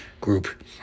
group